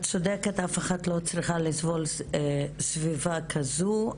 את צודקת, אף אחת לא צריכה לסבול סביבה כזו.